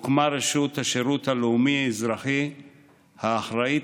הוקמה רשות השירות הלאומי-אזרחי האחראית